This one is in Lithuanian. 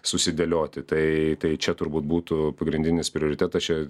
susidėlioti tai tai čia turbūt būtų pagrindinis prioritetas čia